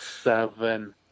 seven